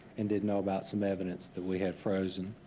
and didn't know about some evidence that we had frozen.